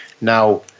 Now